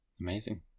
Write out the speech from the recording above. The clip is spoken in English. Amazing